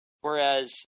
Whereas